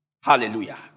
Hallelujah